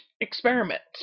experiments